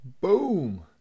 Boom